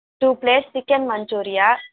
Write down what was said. two plates chicken manchuria